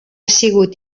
sigut